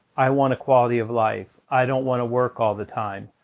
i want a quality of life, i don't want to work all the time,